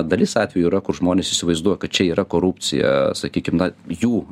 dalis atvejų yra kur žmonės įsivaizduoja kad čia yra korupcija sakykim na jų